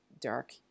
dark